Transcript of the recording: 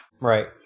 Right